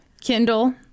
Kindle